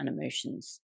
emotions